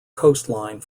coastline